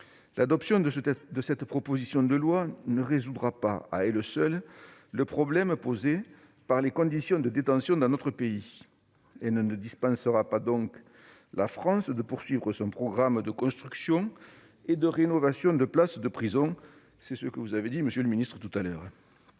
l'adoption de cette proposition de loi ne résoudra pas à elle seule le problème posé par les conditions de détention dans notre pays. Elle ne dispensera donc pas la France de poursuivre son programme de construction et de rénovation de places de prison- vous en avez parlé, monsieur le